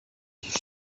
στους